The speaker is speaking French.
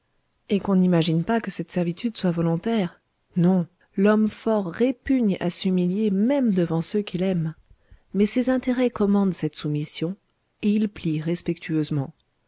et qu'on n'imagine pas que cette servitude soit volontaire non l'homme fort répugne à s'humilier même devant ceux qu'il aime mais ses intérêts commandent cette soumission et il plie respectueusement